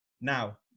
Now